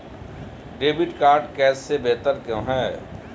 Debit card cash से बेहतर क्यों है?